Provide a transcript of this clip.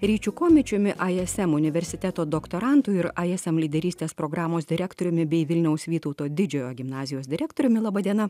ryčiu chomičiumi ism universiteto doktorantu ir ism lyderystės programos direktoriumi bei vilniaus vytauto didžiojo gimnazijos direktoriumi laba diena